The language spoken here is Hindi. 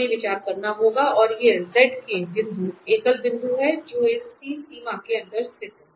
हमें विचार करना होगा और ये बिंदु एकल बिंदु हैं जो इस C सीमा के अंदर स्थित है